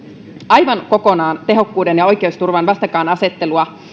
aivan kokonaan tehokkuuden ja oikeusturvan vastakkainasettelua